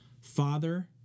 Father